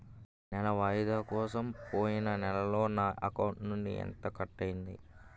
నెల వాయిదా కోసం పోయిన నెలలో నా అకౌంట్ నుండి ఎంత కట్ అయ్యింది?